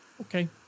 Okay